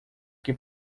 que